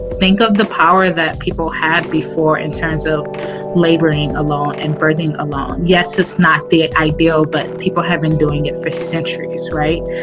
think of the power that people had before in terms of laboring alone and birthing alone. yes, it's not the ideal, but people have been doing it for centuries, right?